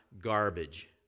garbage